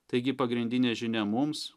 taigi pagrindinė žinia mums